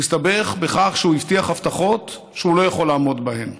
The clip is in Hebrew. הוא הסתבך בכך שהוא הבטיח הבטחות שהוא לא יכול לעמוד בהן.